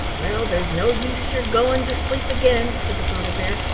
well, there's no use your going to sleep again, said the father bear,